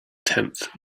tenth